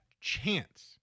chance